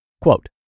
Quote